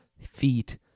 feet